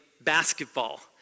basketball